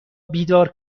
بیدار